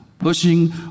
pushing